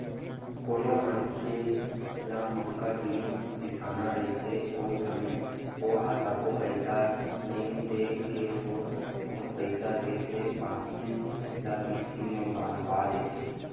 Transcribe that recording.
कोनो मनखे ल मंहगा जिनिस बिसाना रहिथे ओ समे ओहा सबो पइसा नइ देय के थोर बहुत पइसा देथे बाकी ल किस्ती म बंधवा देथे